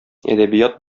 әдәбият